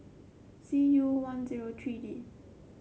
C U one zero three D